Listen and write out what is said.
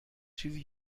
چیزی